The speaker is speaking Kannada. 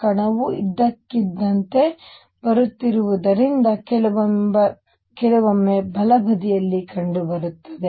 ಕಣವು ಇದ್ದಕ್ಕಿದ್ದಂತೆ ಬರುತ್ತಿರುವುದರಿಂದ ಕೆಲವೊಮ್ಮೆ ಬಲಬದಿಯಲ್ಲಿ ಕಂಡುಬರುತ್ತದೆ